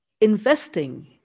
investing